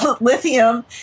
lithium